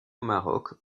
maroc